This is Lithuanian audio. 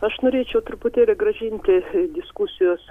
aš norėčiau truputėlį grąžinti diskusijos